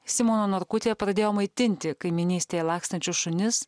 simona norkutė pradėjo maitinti kaimynystėje lakstančius šunis